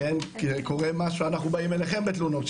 כשקורה משהו, אנחנו באים אליכם בתלונות.